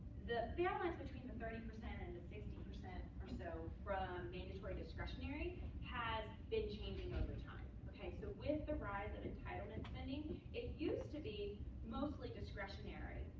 the balance between the thirty percent and sixty percent or so from mandatory discretionary has been changing over time. ok? so with the rise of entitlement spending, it used to be mostly discretionary.